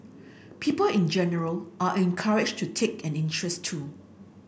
people in general are encouraged to take an interest too